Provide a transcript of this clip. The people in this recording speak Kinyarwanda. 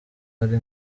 ari